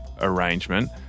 arrangement